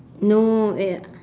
no eh